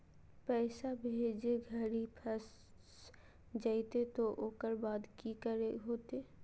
पैसा भेजे घरी फस जयते तो ओकर बाद की करे होते?